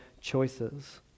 choices